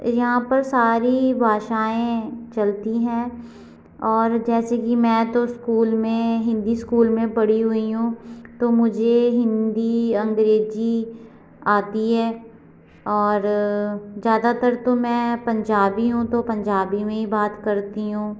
यहाँ पर सारी भाषाएं चलती हैं और जैसे कि मैं तो स्कूल में हिंदी स्कूल में पढ़ी हुई हूँ तो मुझे हिंदी अंग्रेजी आती है और ज्यादातर तो मैं पंजाबी हूँ तो पंजाबी में ही बात करती हूँ